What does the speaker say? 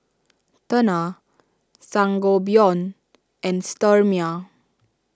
Tena Sangobion and Sterimar